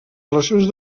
relacions